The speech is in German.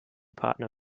partner